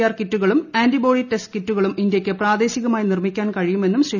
R കിറ്റുകളും antibody test കിറ്റുകളും ഇന്ത്യയ്ക്ക് പ്രാദേശികമായി നിർമിക്കാൻ കഴിയുമെന്ന് ശ്രീ